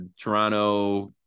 Toronto